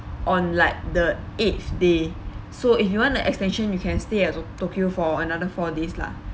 on like the eighth day so if you want the extension you can stay at tok~ tokyo for another four days lah